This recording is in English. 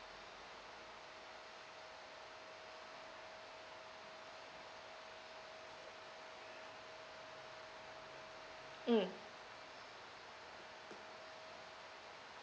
um